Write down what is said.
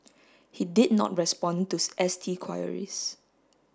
he did not respond to S T queries